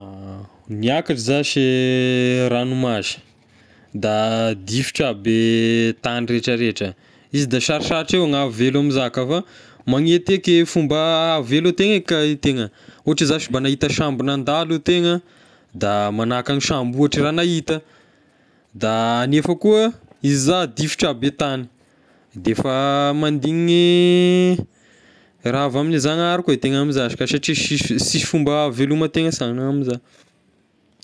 Niakatra zashy e ranomasy da difitra aby e tany retraretra, izy da sarosarotra eo ny ahavelo amiza ka, fa magnety eky fomba ahavelo e tegna eky e tegna, ohatra zashy mba nahita sambo nandalo e tegna da manakany sambo ohatra raha nahita, da nefa koa izy za difitra aby e tagny defa mandigny ny raha avy ame zanahary koa e tegna ame zashy ka satria sisy sisy fomba aveloma tegna shana amiza.